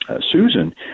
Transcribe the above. Susan